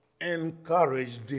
encouraged